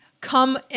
come